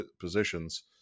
positions